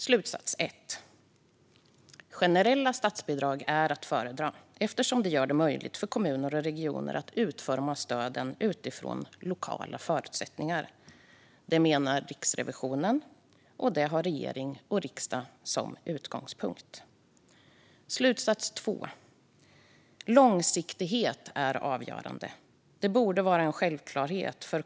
Slutsats 1: Generella statsbidrag är att föredra, eftersom det gör det möjligt för kommuner och regioner att utforma stöden utifrån lokala förutsättningar. Det menar Riksrevisionen, och det har regering och riksdag som utgångspunkt. Slutsats 2: Långsiktighet är avgörande. Det borde vara en självklarhet.